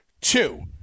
two